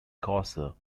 causa